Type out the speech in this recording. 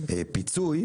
הפיצוי,